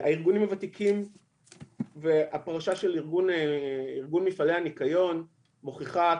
הפרשה של ארגון מפעלי הניקיון מוכיחה: